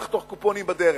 איך לחתוך קופונים בדרך.